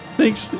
Thanks